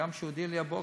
גם כשהוא הודיע לי הבוקר,